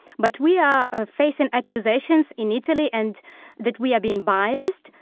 but we are are facing accusations in italy and that we have been biased,